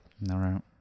No